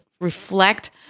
reflect